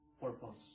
purpose